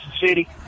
City